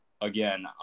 again